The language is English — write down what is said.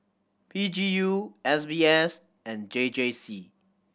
P G U S B S and J J C